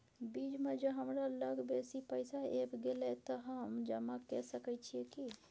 बीच म ज हमरा लग बेसी पैसा ऐब गेले त हम जमा के सके छिए की?